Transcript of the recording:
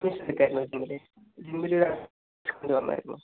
admission ജിമ്മിൽ